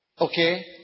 Okay